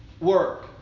work